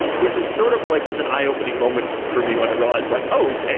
which is sort of like was an eye-opening moment for me when i realized like, oh!